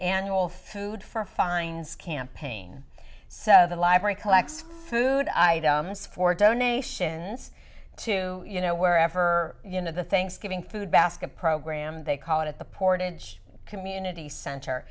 annual food for finds campaign so the library collects food items for donations to you know wherever you know the things giving food basket program they call it at the portage community center